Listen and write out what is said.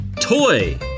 Toy